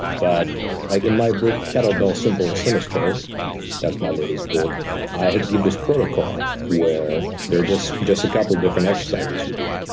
but like in my book, kettle bell, simple and sinister that's my latest book i give this protocol where there are just a couple different exercises you do.